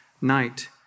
night